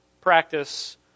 practice